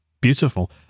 Beautiful